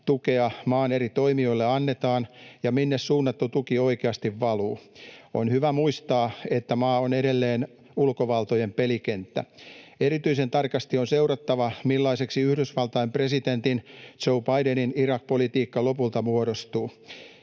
tukea maan eri toimijoille annetaan ja minne suunnattu tuki oikeasti valuu. On hyvä muistaa, että maa on edelleen ulkovaltojen pelikenttä. Erityisen tarkasti on seurattava, millaiseksi Yhdysvaltain presidentin Joe Bidenin Irak-politiikka lopulta muodostuu.